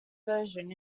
version